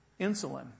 insulin